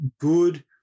good